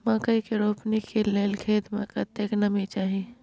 मकई के रोपनी के लेल खेत मे कतेक नमी चाही?